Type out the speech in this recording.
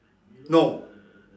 no